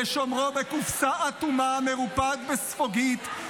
לשומרו בקופסה אטומה מרופד בספוגית,